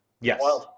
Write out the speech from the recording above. Yes